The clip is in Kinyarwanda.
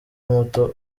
muto